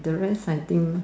the rest I think